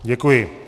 Děkuji.